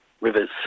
river's